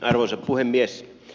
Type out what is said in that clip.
arvoisa puhemies